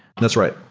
and that's right.